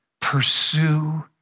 pursue